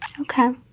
Okay